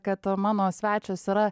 kad mano svečias yra